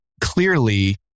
clearly